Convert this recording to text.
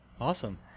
awesome